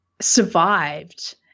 survived